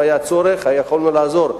אם היה צורך יכולנו לעזור,